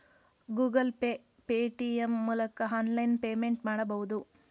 Google pay, Paytm ಮೂಲಕ online payment ಮಾಡಬಹುದು